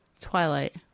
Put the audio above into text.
Twilight